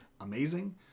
amazing